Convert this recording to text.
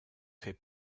fait